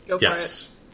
Yes